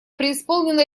преисполнена